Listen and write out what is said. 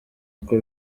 uko